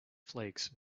flakes